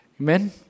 Amen